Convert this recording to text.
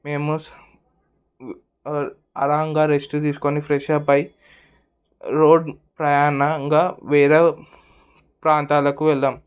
మేము అరాంగా రెస్ట్ తీసుకొని ఫ్రెష్ అప్ అయ్యి రోడ్ ప్రయాణంగా వేరే ప్రాంతాలకు వెళ్ళాం